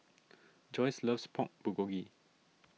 Joyce loves Pork Bulgogi